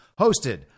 hosted